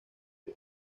the